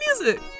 music